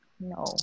No